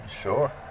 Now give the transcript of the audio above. Sure